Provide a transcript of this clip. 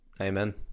Amen